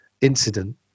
incident